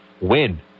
win